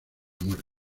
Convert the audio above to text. muerte